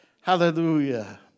Hallelujah